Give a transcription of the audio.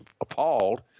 appalled